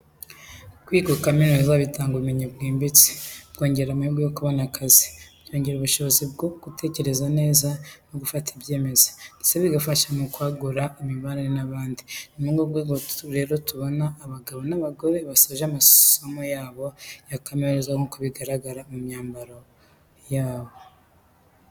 Kwiga ukaminuza bitanga ubumenyi bwimbitse, byongera amahirwe yo kubona akazi keza, byongera ubushobozi bwo gutekereza neza no gufata ibyemezo, ndetse bigafasha mu kwagura imibanire n’abandi. Ni muri urwo rwego rero tubona abagabo n'abagore basoje amasomo yabo ya kaminuza nk'uko bigaragara mu myambaro yabo.